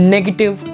Negative